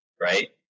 right